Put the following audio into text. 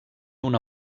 una